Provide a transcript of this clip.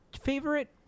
favorite